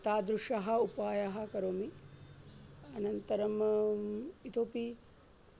तादृशं उपायं करोमि अनन्तरम् इतोऽपि